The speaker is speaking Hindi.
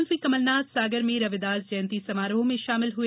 मुख्यमंत्री कमलनाथ सागर में रविदास जयंती समारोह में शामिल हुए